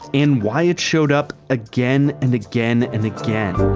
and why it showed up again and again and again.